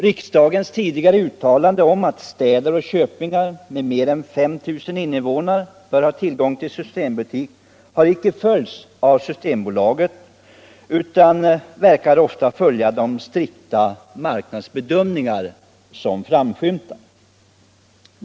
Riksdagens tidigare uttalande om att städer och köpingar med mera än 5 000 invånare bör ha tillgång till systembutiker har icke följts av Systembolaget utan man verkar ofta följa de strikta marknadsbedömningar som framskymtar.